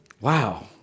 Wow